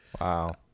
Wow